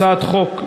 הצעת חוק,